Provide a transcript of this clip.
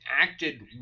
acted